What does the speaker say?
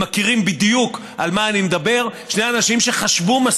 הם יודעים בדיוק על מה אני מדבר, שני אנשים שחשבו,